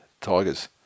Tigers